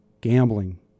Gambling